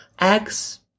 Eggs